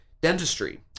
dentistry